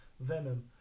Venom